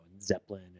Zeppelin